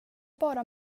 bara